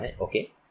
okay